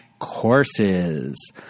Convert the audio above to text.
Courses